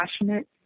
passionate